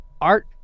art